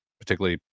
particularly